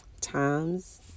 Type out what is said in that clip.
times